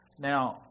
Now